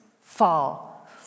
fall